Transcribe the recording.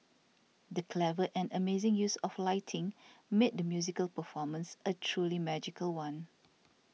the clever and amazing use of lighting made the musical performance a truly magical one